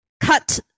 Cut